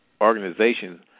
organizations